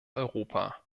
europa